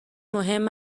مهم